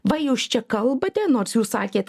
va jūs čia kalbate nors jūs sakėt